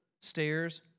stairs